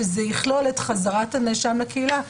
שזה יכלול את חזרת הנאשם לקהילה.